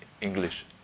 english